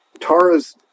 Tara's